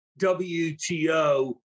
WTO